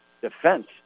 Defense